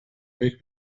اوپک